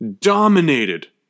dominated